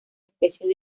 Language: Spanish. especies